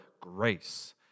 grace